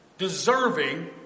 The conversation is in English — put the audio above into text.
Deserving